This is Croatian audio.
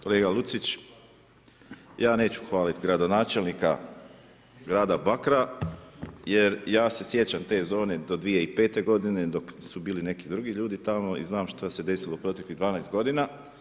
Kolega Lucić ja neću hvalit gradonačelnika grada Bakera, jer ja se sjećam te zone do 2005. godine dok su bili neki drugi ljudi tamo i znam što se desilo u proteklih 12 godina.